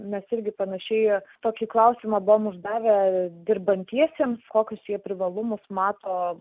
mes irgi panašiai tokį klausimą buvom uždavę dirbantiesiems kokius jie privalumus mato